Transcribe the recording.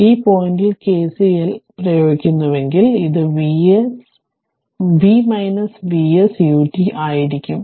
അതിനാൽ ഈ പോയിന്റിൽ KCL എന്ത് പ്രയോഗിക്കുന്നുവെങ്കിൽ ഇത് v Vs ut ആയിരിക്കും